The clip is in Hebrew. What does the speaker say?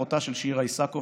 אחותה של שירה איסקוב,